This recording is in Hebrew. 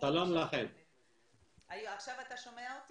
החלטה לעשות